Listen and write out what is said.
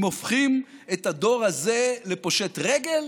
הם הופכים את הדור הזה לפושט רגל,